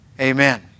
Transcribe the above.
Amen